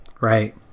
right